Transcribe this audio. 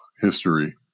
history